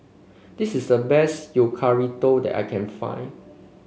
this is the best that I can find